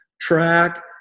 track